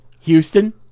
Houston